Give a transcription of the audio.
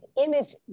image